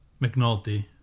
McNulty